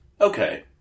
Okay